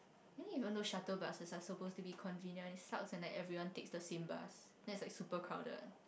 you know even though shuttle buses are supposed to be convenient it sucks and like everyone takes the same bus then it's like super crowded